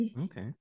Okay